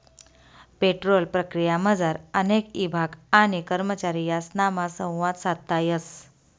petrol प्रक्रियामझार अनेक ईभाग आणि करमचारी यासनामा संवाद साधता येस